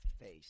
face